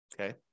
Okay